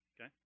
Okay